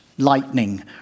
Lightning